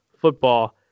football